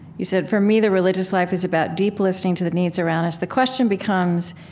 you said, for me, the religious life is about deep listening to the needs around us. the question becomes,